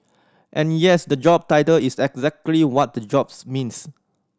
and yes the job title is exactly what the jobs means